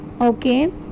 Okay